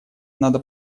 надо